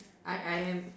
I I am